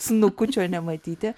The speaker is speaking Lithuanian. snukučio nematyti